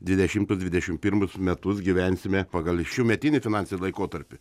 dvidešimtus dvidešimt pirmus metus gyvensime pagal šių metinį finansinį laikotarpį